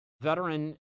veteran